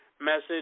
message